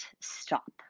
stop